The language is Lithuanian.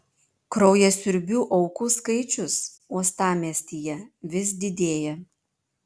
kraujasiurbių aukų skaičius uostamiestyje vis didėja